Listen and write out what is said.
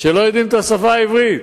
שלא יודעים את השפה העברית.